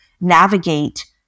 navigate